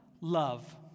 love